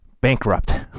bankrupt